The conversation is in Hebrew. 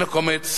הקומץ,